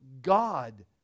God